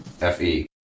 F-E